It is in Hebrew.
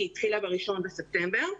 היא התחילה ב-1 בספטמבר.